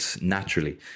naturally